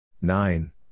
nine